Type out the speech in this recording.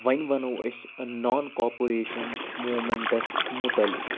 وۄنۍ ونو أسۍ نان کاپوریشن موٗمیٚنٹَس متعلق